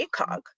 ACOG